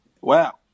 wow